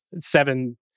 Seven